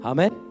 Amen